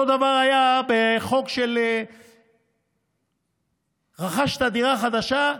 אותו דבר היה בחוק של רכשת דירה חדשה,